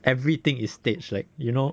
everything is staged like you know